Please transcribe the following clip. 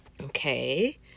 okay